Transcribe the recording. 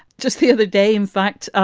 just the other day, in fact,